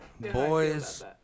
Boys